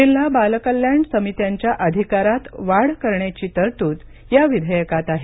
जिल्हा बाल कल्याण समित्याच्या अधिकारात वाढ करण्याची तरतूद या विधेयकात आहे